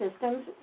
systems